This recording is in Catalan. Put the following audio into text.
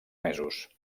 mesos